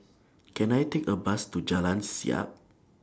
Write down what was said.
Can I Take A Bus to Jalan Siap